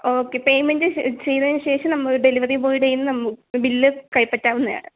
okay payment ചെയ്തതിനുശേഷം നമ്മൾ delivery ബോയുടെ കയ്യിൽനിന്ന് നമുക്ക് ബില്ല് കൈപ്പറ്റാവുന്നതാണ്